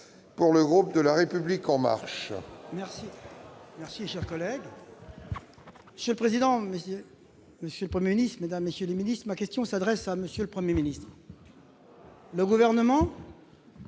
pour le groupe La République En Marche.